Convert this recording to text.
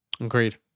Agreed